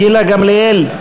גילה גמליאל,